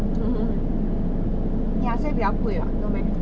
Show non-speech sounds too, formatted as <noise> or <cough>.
<laughs> ya 所以比较贵啊 no meh